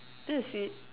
that's it